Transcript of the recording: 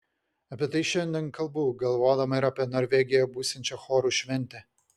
apie tai šiandien kalbu galvodama ir apie norvegijoje būsiančią chorų šventę